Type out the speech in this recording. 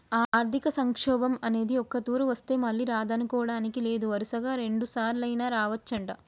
ఆర్థిక సంక్షోభం అనేది ఒక్కతూరి వస్తే మళ్ళీ రాదనుకోడానికి లేదు వరుసగా రెండుసార్లైనా రావచ్చంట